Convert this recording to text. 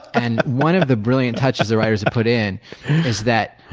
and one of the brilliant touches the writers put in is that,